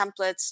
templates